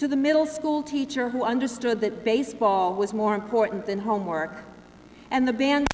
to the middle school teacher who understood that baseball was more important than homework and the band